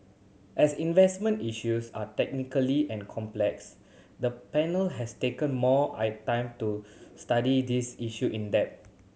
as investment issues are technically and complex the panel has taken more I time to study this issue in depth